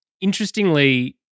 interestingly